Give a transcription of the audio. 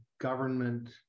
government